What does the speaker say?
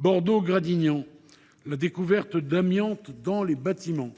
Bordeaux Gradignan, la découverte d’amiante dans les bâtiments